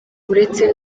uretse